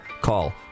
Call